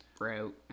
route